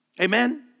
Amen